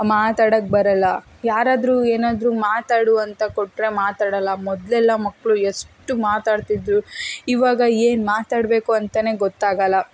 ಮಾತಾಡೋಕೆ ಬರಲ್ಲ ಯಾರಾದ್ರೂ ಏನಾದ್ರೂ ಮಾತಾಡು ಅಂತ ಕೊಟ್ಟರೆ ಮಾತಾಡಲ್ಲ ಮೊದಲೆಲ್ಲ ಮಕ್ಕಳು ಎಷ್ಟು ಮಾತಾಡ್ತಿದ್ದರು ಇವಾಗ ಏನು ಮಾತಾಡಬೇಕು ಅಂತಾನೆ ಗೊತ್ತಾಗಲ್ಲ